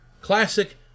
classic